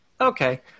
Okay